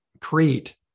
create